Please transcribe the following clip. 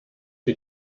die